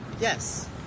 Yes